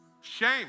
Shame